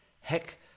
Heck